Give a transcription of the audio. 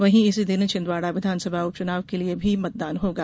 वहीं इसी दिन छिन्दवाड़ा विधानसभा उपचुनाव के लिए भी मतदान होगा